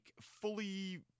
fully